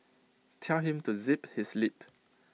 tell him to zip his lip